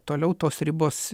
toliau tos ribos